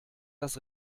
das